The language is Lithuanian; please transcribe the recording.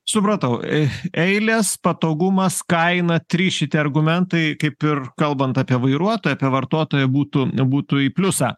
supratau eilės patogumas kaina trys šitie argumentai kaip ir kalbant apie vairuotoją apie vartotoją būtų būtų į pliusą